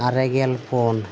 ᱟᱨᱮ ᱜᱮᱞ ᱯᱩᱱ